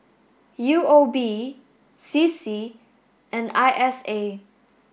U O B C C and I S A